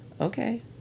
Okay